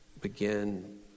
begin